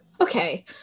okay